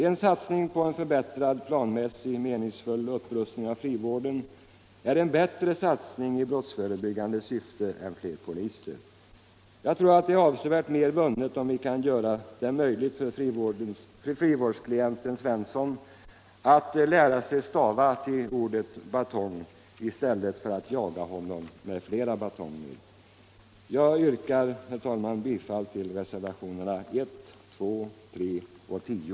En satsning på en förbättrad, planmässig och meningsfull upprustning av frivården är en bättre satsning i brottsförebyggande syfte än fler poliser. Jag tror att avsevärt mer är vunnet om vi kan göra det möjligt för frivårdsklienten Svensson att lära sig stava till ordet batong än om vi jagar honom med flera batonger. i; Herr talman! Jag yrkar bifall till reservationerna 1, 2, 3 och 10.